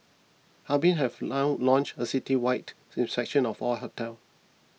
Harbin have now launched a citywide inspection of all hotels